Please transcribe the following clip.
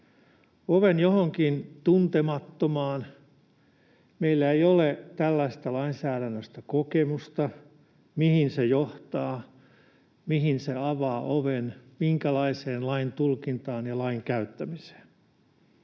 oven johonkin tuntemattomaan. Meillä ei ole tällaisesta lainsäädännöstä kokemusta, siitä, mihin se johtaa, mihin se avaa oven, minkälaiseen laintulkintaan ja lain käyttämiseen.